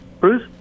Bruce